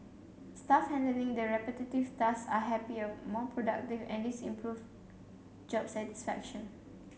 staff handling the repetitive tasks are happier more productive and this improve job satisfaction